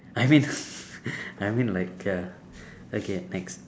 I mean I mean like uh okay next